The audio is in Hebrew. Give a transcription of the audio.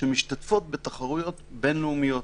שמשתתפות בתחרויות בין-לאומיות.